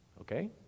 Okay